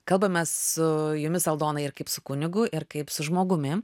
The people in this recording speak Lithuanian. kalbamės su jumis aldonai ir kaip su kunigu ir kaip su žmogumi